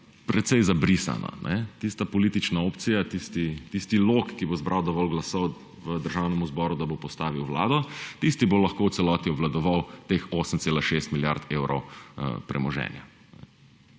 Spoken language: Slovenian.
precej zabrisana. Tista politična opcija, tisti lok, ki bo zbral dovolj glasov v Državnem zboru, da bo postavil vlado, tisti bo lahko v celoti obvladoval teh 8,6 milijarde evrov premoženja.